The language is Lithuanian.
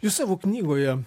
jūs savo knygoje